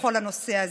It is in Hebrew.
בכל הנושא הזה,